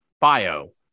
bio